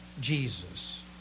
Jesus